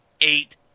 eight